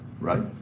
right